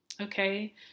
Okay